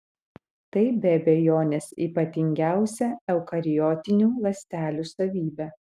tai be abejonės ypatingiausia eukariotinių ląstelių savybė